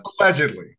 Allegedly